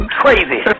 crazy